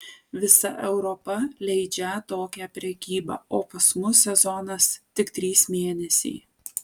visa europa leidžią tokią prekybą o pas mus sezonas tik trys mėnesiai